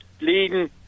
leading